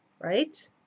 right